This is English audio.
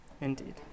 Indeed